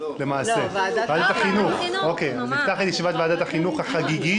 ועדת החינוך החגיגית.